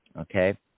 Okay